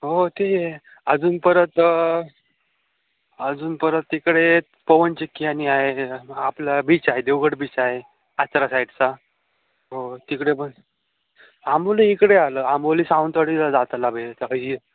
हो हो तेही आहे अजून परत अजून परत तिकडे पवनचक्की आणि आहे आपला बीच आहे देवगड बीच आहे आचरा साईडचा हो तिकडे पण आंबोली इकडे आलं आंबोली सावंतवाडीला जाताना भेट होईल